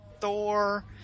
Thor